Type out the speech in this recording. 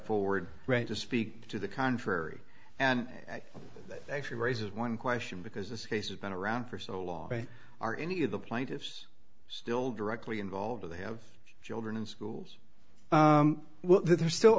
forward right to speak to the contrary and actually raises one question because this case has been around for so long but are any of the plaintiffs still directly involved or they have children in schools well that there still